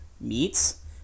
meats